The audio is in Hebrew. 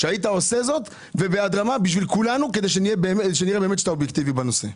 תעשה את זה בשביל כולנו כדי להראות שאתה אובייקטיבי בנושא.